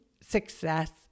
success